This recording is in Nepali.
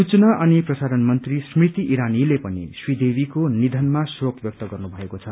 सूचना अनि प्रसारण मंत्री स्मृति ईरानीले पनि श्री देवीको नियनमा शोक व्यक्त गर्नु भएको छ